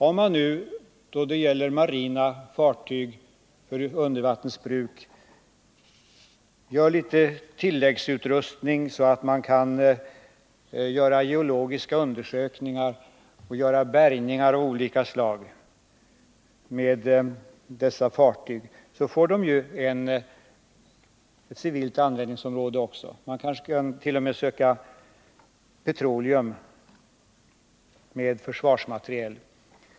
Om man förser marina fartyg för undervattensbruk med litet tilläggsutrustning, så att de kan användas i samband med geologiska undersökningar och bärgningar av olika slag, får dessa fartyg också ett civilt användningsområde. Man kanske t.o.m. kan söka petroleum med försvarsmateriel.